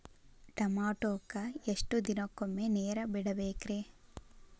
ಟಮೋಟಾಕ ಎಷ್ಟು ದಿನಕ್ಕೊಮ್ಮೆ ನೇರ ಬಿಡಬೇಕ್ರೇ?